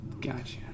Gotcha